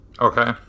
Okay